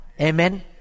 Amen